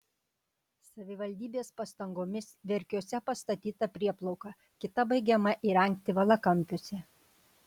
savivaldybės pastangomis verkiuose pastatyta prieplauka kita baigiama įrengti valakampiuose